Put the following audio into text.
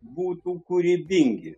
būtų kūrybingi